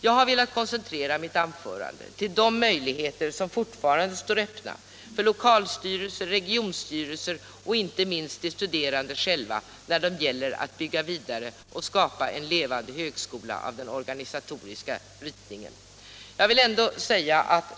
Jag har velat koncentrera mitt anförande till de möjligheter som fortfarande står öppna för lokalstyrelser, regionstyrelser och inte minst de studerande själva, när det gäller att bygga vidare och skapa en levande högskola av den organisatoriska ritningen.